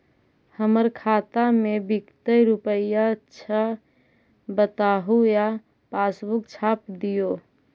हमर खाता में विकतै रूपया छै बताबू या पासबुक छाप दियो?